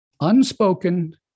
unspoken